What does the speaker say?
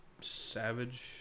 savage